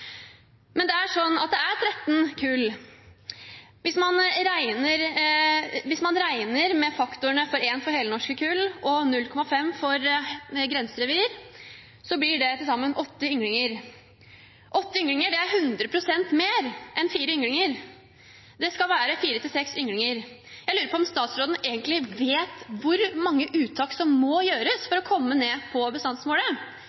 er 13 kull. Hvis man regner med faktorene 1 for helnorske kull og 0,5 for grenserevir, blir det til sammen 8 ynglinger. 8 ynglinger er 100 pst. mer enn 4 ynglinger. Det skal være 4–6 ynglinger. Jeg lurer på om statsråden egentlig vet hvor mange uttak som må gjøres